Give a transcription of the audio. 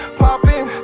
popping